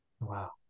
Wow